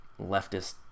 leftist